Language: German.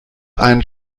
einen